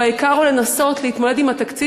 או העיקר הוא לנסות להתמודד עם התקציב